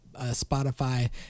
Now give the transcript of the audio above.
Spotify